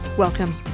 Welcome